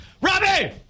Robbie